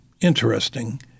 interesting